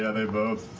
yeah they both.